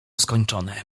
skończone